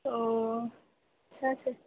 ओ अच्छा छै